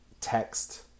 text